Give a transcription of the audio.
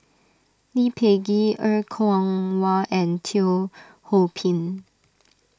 Lee Peh Gee Er Kwong Wah and Teo Ho Pin